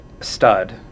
stud